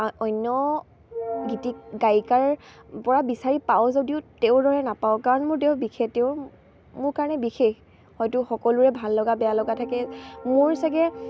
অন্য গীতিক গায়িকাৰ পৰা বিচাৰি পাওঁ যদিও তেওঁৰ দৰে নাপাওঁ কাৰণ মোৰ তেওঁ বিশেষ তেওঁ মোৰ কাৰণে বিশেষ হয়তো সকলোৰে ভাল লগা বেয়া লগা থাকে মোৰ চাগে